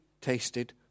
tasted